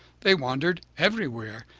they wandered everywhere,